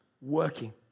working